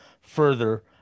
further